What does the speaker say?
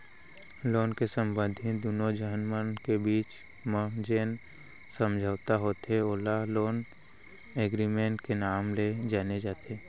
loan ले संबंधित दुनो झन मन के बीच म जेन समझौता होथे ओला लोन एगरिमेंट के नांव ले जाने जाथे